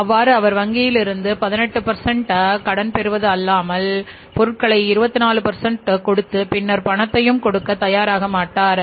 அவ்வாறு அவர் வங்கியிலிருந்து 18 கடன் பெறுவது அல்லாமல் பொருட்களை 24 கொடுத்து பின்னர் பணத்தையும் கொடுக்கத் தயார் ஆகமாட்டார்